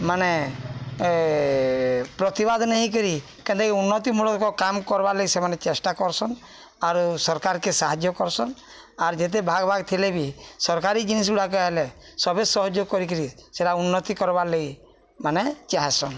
ମାନେ ପ୍ରତିିବାଦ ନେଇ ହେଇକରି ଯେନ୍ତାକି ଉନ୍ନତିମୂଳକ କାମ୍ କର୍ବାର୍ ଲାଗି ସେମାନେ ଚେଷ୍ଟା କର୍ସନ୍ ଆରୁ ସରକାର୍କେ ସାହାଯ୍ୟ କର୍ସନ୍ ଆର୍ ଯେତେ ଭାଗ୍ ଭାଗ୍ ହି ଥିଲେ ବି ସର୍କାରୀ ଜିନିଷ୍ଗୁଡ଼ାକ ହେଲେ ସବେ ସହଯୋଗ କରିକିରି ସେଟା ଉନ୍ନତି କର୍ବାର୍ ଲାଗି ମାନେ ଚାହେଁସନ୍